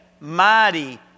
mighty